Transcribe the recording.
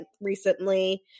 recently